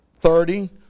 thirty